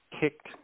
kicked